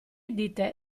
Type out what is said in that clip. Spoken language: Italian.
dite